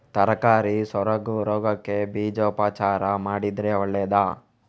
ತರಕಾರಿ ಸೊರಗು ರೋಗಕ್ಕೆ ಬೀಜೋಪಚಾರ ಮಾಡಿದ್ರೆ ಒಳ್ಳೆದಾ?